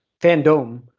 fandom